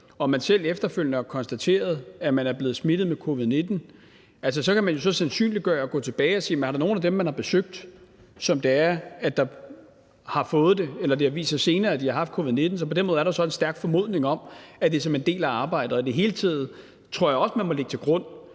og man selv efterfølgende har konstateret, at man er blevet smittet med covid-19 – så kan man så sandsynliggøre og gå tilbage og se, om der nogen af dem, man har besøgt, som har fået det, eller hvor det senere har vist sig, at de har haft covid-19. Så på den måde er der en stærk formodning om, at det er som en del af arbejdet. Og i det hele taget tror jeg også, man må lægge til grund,